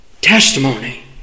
Testimony